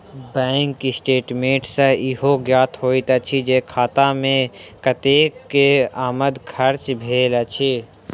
bank statement सॅ ईहो ज्ञात होइत अछि जे खाता मे कतेक के आमद खर्च भेल अछि